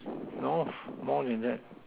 no more than that